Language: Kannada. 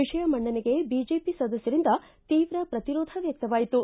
ವಿಷಯ ಮಂಡನೆಗೆ ಬಿಜೆಪಿ ಸದಸ್ಥರಿಂದ ತೀವ್ರ ಪ್ರತಿರೋಧ ವ್ಯಕ್ತವಾಯಿತು